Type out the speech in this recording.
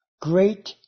great